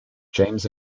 james